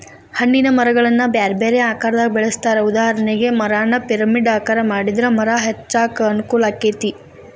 ಹಣ್ಣಿನ ಮರಗಳನ್ನ ಬ್ಯಾರ್ಬ್ಯಾರೇ ಆಕಾರದಾಗ ಬೆಳೆಸ್ತಾರ, ಉದಾಹರಣೆಗೆ, ಮರಾನ ಪಿರಮಿಡ್ ಆಕಾರ ಮಾಡಿದ್ರ ಮರ ಹಚ್ಚಾಕ ಅನುಕೂಲಾಕ್ಕೆತಿ